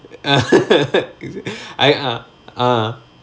I uh uh